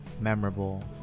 memorable